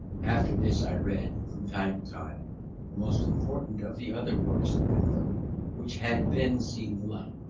after this i read, from time to time, the most important of the other works of bentham which had then seen the light,